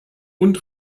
und